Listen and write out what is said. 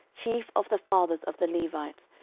chief of the fathers of the levites,